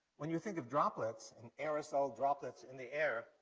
when you think of droplets, and aerosol droplets in the air,